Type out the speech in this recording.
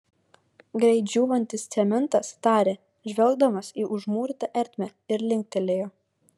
greit džiūvantis cementas tarė žvelgdamas į užmūrytą ertmę ir linktelėjo